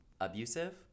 abusive